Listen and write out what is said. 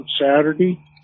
Saturday